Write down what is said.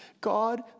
God